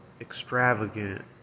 extravagant